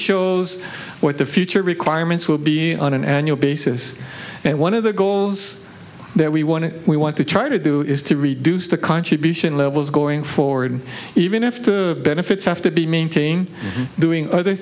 shows what the future requirements will be on an annual basis and one of the goals that we wanted we want to try to do is to reduce the contribution levels going forward even if the benefits have to be maintain doing other